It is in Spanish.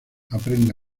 aprende